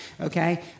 okay